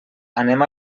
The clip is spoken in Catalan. anem